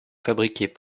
fabriqués